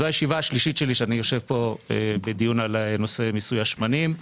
זו הישיבה שלי שאני יושב בדיון בנושא מיסוי השמנים.